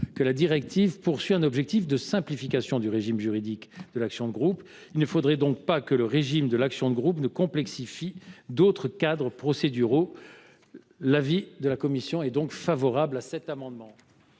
que la directive vise un objectif de simplification du régime juridique de l’action de groupe. Il ne faudrait donc pas que ce régime vienne complexifier d’autres cadres procéduraux. La commission est favorable à cet amendement.